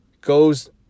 goes